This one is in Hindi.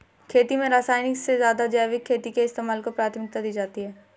खेती में रासायनिक से ज़्यादा जैविक खेती के इस्तेमाल को प्राथमिकता दी जाती है